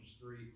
three